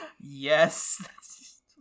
Yes